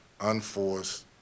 Unforced